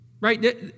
right